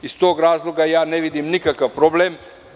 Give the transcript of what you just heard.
Iz tog razloga ne vidim nikakav problem.